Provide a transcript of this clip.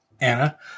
Anna